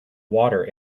water